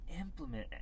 implement